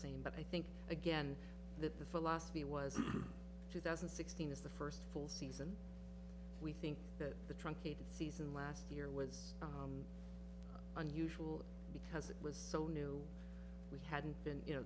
same but i think again that the philosophy was two thousand and sixteen is the first full season we think that the truncated season last year was unusual because it was so new we hadn't been you know